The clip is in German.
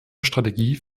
strategie